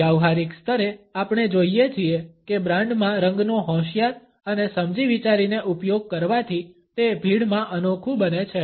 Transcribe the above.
વ્યાવહારિક સ્તરે આપણે જોઈએ છીએ કે બ્રાન્ડમાં રંગનો હોંશિયાર અને સમજી વિચારીને ઉપયોગ કરવાથી તે ભીડમાં અનોખું બને છે